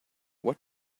what